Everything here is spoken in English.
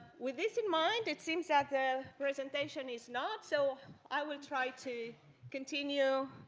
with this in mind, it seems that the presentation is not, so i will try to continue